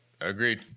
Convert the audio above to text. Agreed